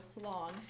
long